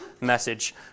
message